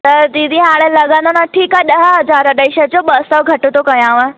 त दीदी हाणे लॻंदो न ठकु आहे ॾह हज़ार ॾई छॾिजो ॿ सौ घटि थो कयांव